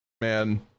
Man